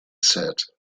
said